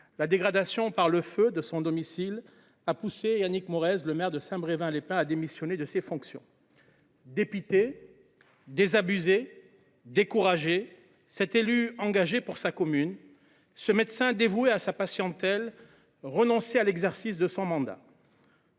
la dégradation par le feu du domicile de Yannick Morez, maire de Saint Brevin les Pins, a poussé ce dernier à démissionner de ses fonctions. Dépité, désabusé, découragé, cet élu engagé pour sa commune, ce médecin dévoué à sa patientèle, renonçait à l’exercice de son mandat.